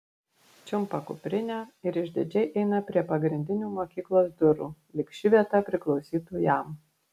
čiumpa kuprinę ir išdidžiai eina prie pagrindinių mokyklos durų lyg ši vieta priklausytų jam